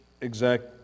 exact